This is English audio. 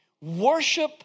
worship